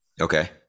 Okay